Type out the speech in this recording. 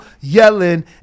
yelling